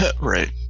Right